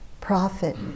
profit